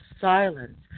Silence